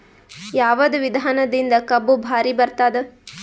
ಯಾವದ ವಿಧಾನದಿಂದ ಕಬ್ಬು ಭಾರಿ ಬರತ್ತಾದ?